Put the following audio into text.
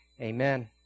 Amen